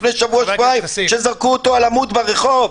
לפני שבוע שבועיים שזרקו אותו על עמוד ברחוב?